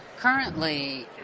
Currently